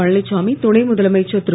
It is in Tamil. பழனிச்சாமி துணை முதலமைச்சர் திரு